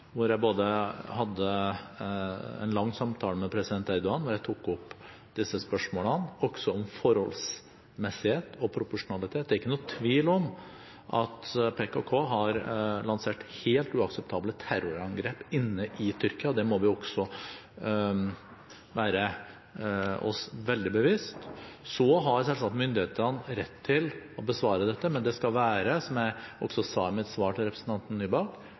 hadde en lang samtale med president Erdogan, hvor jeg tok opp disse spørsmålene, også om forholdsmessighet og proporsjonalitet. Det er ingen tvil om at PKK har lansert helt uakseptable terrorangrep inne i Tyrkia – det må vi også være oss veldig bevisst. Så har selvsagt myndighetene rett til å besvare dette, men det skal være, som jeg også sa i mitt svar til representanten Nybakk,